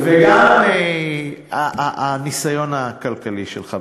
וגם הניסיון הכלכלי שלך,